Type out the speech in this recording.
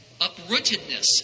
uprootedness